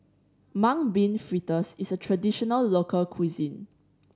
Mung Bean Fritters is a traditional local cuisine